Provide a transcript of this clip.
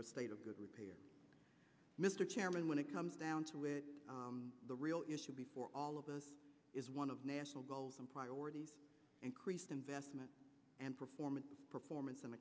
the state of good repair mr chairman when it comes down to it the real issue before all of us is one of national goals and priorities increased investment and performance performance and